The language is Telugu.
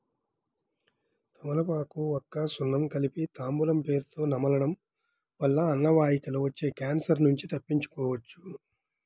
తమలపాకు, వక్క, సున్నం కలిపి తాంబూలం పేరుతొ నమలడం వల్ల అన్నవాహికలో వచ్చే క్యాన్సర్ నుంచి తప్పించుకోవచ్చు